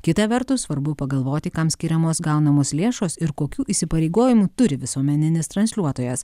kita vertus svarbu pagalvoti kam skiriamos gaunamos lėšos ir kokių įsipareigojimų turi visuomeninis transliuotojas